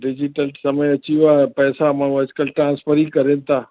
digital समय अची वियो आहे पैसा माण्हू अॼुकल्ह ट्रांसफर ई कनि था